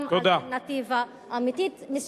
גם אלטרנטיבה אמיתית, תודה.